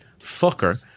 fucker